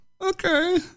Okay